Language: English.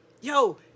yo